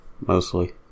Mostly